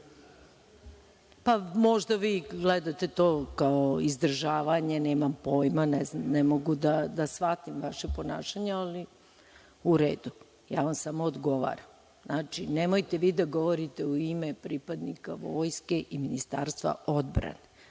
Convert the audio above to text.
Možda vi gledate na to kao na izdržavanje, nemam pojma, ne mogu da shvatim vaše ponašanje, ali u redu, ja vam samo odgovaram. Znači, nemojte vi da govorite u ime pripadnika Vojske i Ministarstva odbrane.